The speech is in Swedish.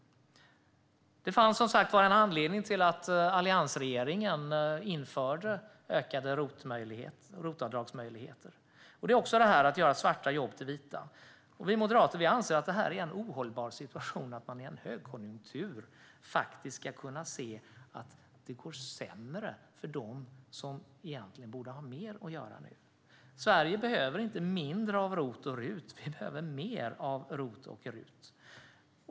Det fanns som sagt var en anledning till att alliansregeringen införde ökade ROT-avdragsmöjligheter. Det handlade också om att göra svarta jobb till vita. Vi moderater anser att det är en ohållbar situation att man i en högkonjunktur ska kunna se att det går sämre för dem som egentligen borde ha mer att göra nu. Sverige behöver inte mindre av ROT och RUT; vi behöver mer av ROT och RUT.